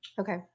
Okay